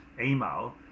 email